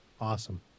Awesome